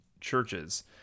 churches